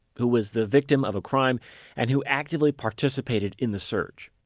who was the victim of a crime and who actively participated in the search.